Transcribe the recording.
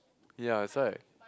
ya is right